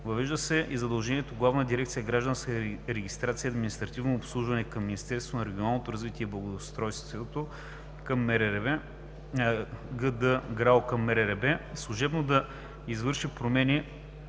Въвежда се и задължение Главна дирекция „Гражданска регистрация и административно обслужване“ към Министерството на регионалното развитие и благоустройството (ГД ГРАО към МРРБ) служебно да извърши промени